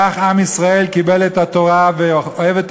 כך עם ישראל קיבל את התורה ואוהב את